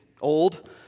old